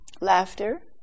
Laughter